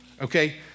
Okay